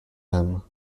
him